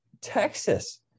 Texas